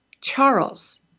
Charles